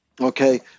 Okay